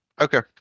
Okay